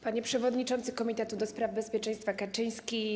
Panie Przewodniczący Komitetu ds. Bezpieczeństwa Kaczyński!